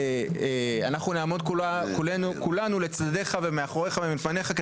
אנחנו נעמוד כולנו לצדדיך ומאחוריך ומלפניך,